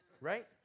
right